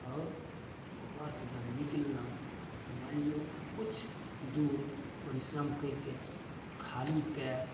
आओर घरसँ जब निकललहुँ तऽ मानि लियौ किछु दूर परिश्रम करिके खाली पयर